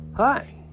hi